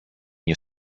nie